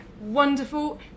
Wonderful